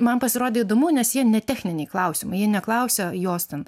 man pasirodė įdomu nes jie ne techniniai klausimai jie neklausia jos ten